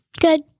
Good